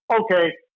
okay